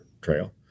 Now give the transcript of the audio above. trail